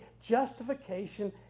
justification